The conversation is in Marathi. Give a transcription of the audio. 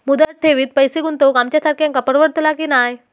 मुदत ठेवीत पैसे गुंतवक आमच्यासारख्यांका परवडतला की नाय?